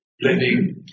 living